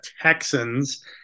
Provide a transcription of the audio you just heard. texans